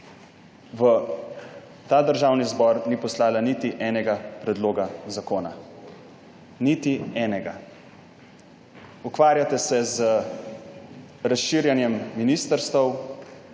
v Državni zbor ni poslala niti enega predloga zakona. Niti enega. Ukvarjate se z razširjanjem ministrstev.